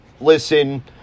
listen